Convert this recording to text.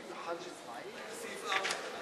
חוק כתובת נוספת למשלוח דואר לקטין (תיקוני חקיקה),